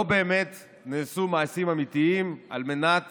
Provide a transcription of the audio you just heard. לא באמת נעשו מעשים אמיתיים על מנת